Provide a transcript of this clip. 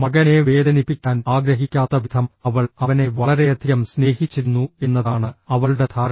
മകനെ വേദനിപ്പിക്കാൻ ആഗ്രഹിക്കാത്തവിധം അവൾ അവനെ വളരെയധികം സ്നേഹിച്ചിരുന്നു എന്നതാണ് അവളുടെ ധാരണ